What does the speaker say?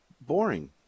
Boring